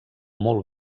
molt